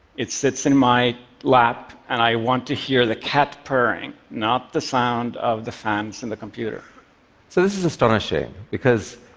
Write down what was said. it sits in my lap. and i want to hear the cat purring, not the sound of the fans in the computer. ca so this is astonishing, because